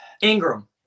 Ingram